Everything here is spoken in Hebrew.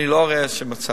אני לא רואה איזה מצב.